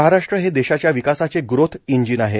महाराष्ट्र हे देशाच्या विकासाचे ग्रोथ इंजिन आहे